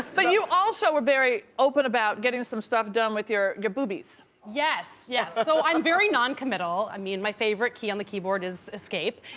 but you also were very open about getting some stuff done with your your boobies. yes, yes, so i'm very noncommittal, i mean, my favorite key on the keyboard is escape.